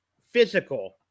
physical